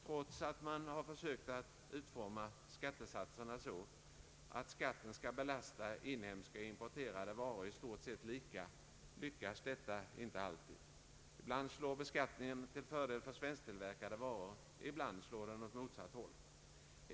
Trots att man har försökt utforma skatten så, att den skall belasta inhemska och importerade varor i stort sett lika, lyckas detta inte alltid. Ibland slår beskattningen till fördel för svensktillverkade varor, ibland slår den åt motsatt håll.